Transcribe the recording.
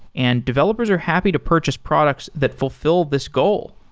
and developers are happy to purchase products that fulfill this goal.